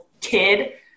kid